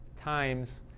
times